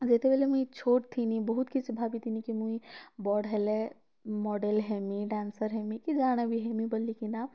ଯେତେବେଲେ ମୁଇଁ ଛୋଟ୍ ଥିନି ବହୁତ୍ କିଛି ଭାବିଥିନି କି ମୁଇଁ ବଡ଼୍ ହେଲେ ମଡ଼େଲ୍ ହେମି ଡାନ୍ସର୍ ହେମି କି ଯାହାଟା ବି ହେମି ବୋଲିକିନା